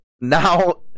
Now